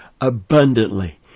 abundantly